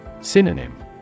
Synonym